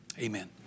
amen